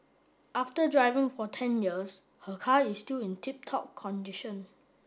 after driving for ten years her car is still in tip top condition